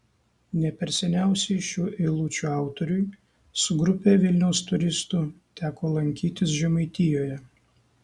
ne per seniausiai šių eilučių autoriui su grupe vilniaus turistų teko lankytis žemaitijoje